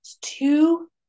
Two